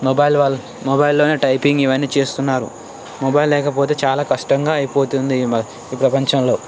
mobile మొబైల్లోనే typing ఇవన్నీ చేస్తున్నారు మొబైల్ లేకపోతే చాలా కష్టంగా అయిపోతుంది ఈ మా ఈ ప్రపంచంలో